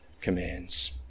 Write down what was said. commands